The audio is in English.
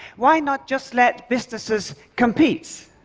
why not just let businesses compete?